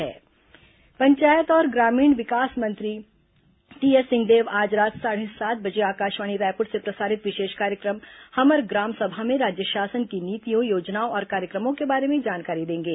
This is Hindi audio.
हमर ग्राम सभा पंचायत और ग्रामीण विकास मंत्री टीएस सिंहदेव आज रात साढ़े सात बजे आकाशवाणी रायपुर से प्रसारित विशेष कार्यक्रम हमर ग्राम सभा में राज्य शासन की नीतियों योजनाओं और कार्यक्रमों के बारे में जानकारी देंगे